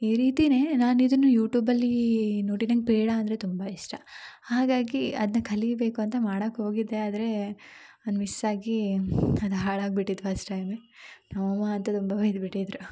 ಈ ರೀತಿ ನಾನು ಇದನ್ನು ಯೂಟ್ಯೂಬಲ್ಲಿ ನೋಡೀ ನಂಗೆ ಪೇಡ ಅಂದರೆ ತುಂಬ ಇಷ್ಟ ಹಾಗಾಗಿ ಅದನ್ನ ಕಲಿಬೇಕು ಅಂತ ಮಾಡೋಕ್ ಹೋಗಿದ್ದೆ ಆದರೆ ಅದು ಮಿಸ್ ಆಗಿ ಅದು ಹಾಳಾಗಿ ಬಿಟ್ಟಿತ್ತು ಫಸ್ಟ್ ಟೈಮೇ ನಮ್ಮಅಮ್ಮ ಅಂತು ತುಂಬ ಬೈದು ಬಿಟ್ಟಿದ್ರು